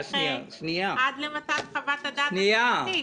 בואו נדחה לפחות את הסגירה עד למתן חוות הדעת המשפטית.